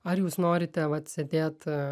ar jūs norite vat sėdėt